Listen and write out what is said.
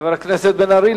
חבר הכנסת בן-ארי,